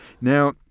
now